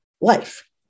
life